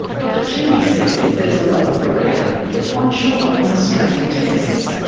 dr cheney says if there's a local borrelia, it won't show up on australian tests.